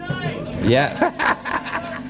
Yes